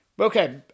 Okay